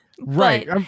Right